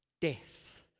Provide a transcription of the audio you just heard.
death